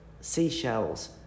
seashells